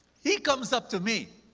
he comes up to me,